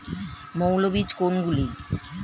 মৌল বীজ কোনগুলি?